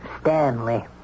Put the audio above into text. Stanley